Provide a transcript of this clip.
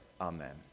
Amen